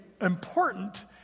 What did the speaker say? important